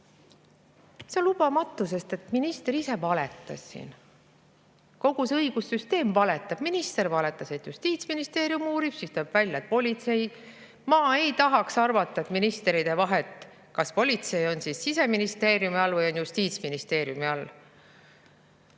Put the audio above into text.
seda, on lubamatu, sest minister ise valetas siin. Kogu see õigussüsteem valetab. Minister valetas, et Justiitsministeerium uurib. Siis tuli välja, et [uurib] politsei. Ma ei tahaks arvata, et minister ei tee vahet, kas politsei on Siseministeeriumi all või Justiitsministeeriumi all.